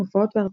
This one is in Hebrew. הופעות והרצאות.